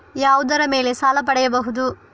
ಯಾವುದರ ಮೇಲೆ ಸಾಲ ಪಡೆಯಬಹುದು?